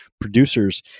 producers